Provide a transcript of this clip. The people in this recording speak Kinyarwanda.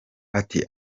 ati